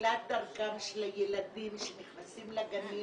בתחילת דרכם של הילדים שנכנסים לגנים,